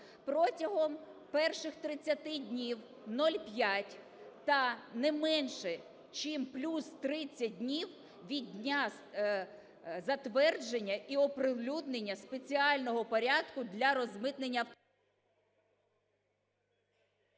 протягом перших 30 днів – 0,5 та не менше чим плюс 30 днів від дня затвердження і оприлюднення спеціального порядку для розмитнення…